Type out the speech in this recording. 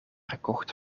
gekocht